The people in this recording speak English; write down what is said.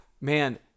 man